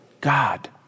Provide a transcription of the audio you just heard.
God